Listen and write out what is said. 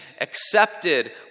accepted